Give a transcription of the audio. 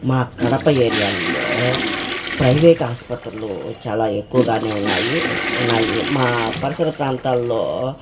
మా కడప ఏరియాల్లో ప్రైవేట్ ఆస్పత్రులు చాలా ఎక్కువగానే ఉన్నాయి ఉన్నాయి మా పరిసర ప్రాంతాల్లో